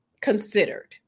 considered